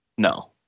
No